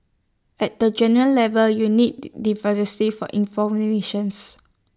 at the general level you need for